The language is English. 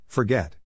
Forget